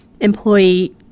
employee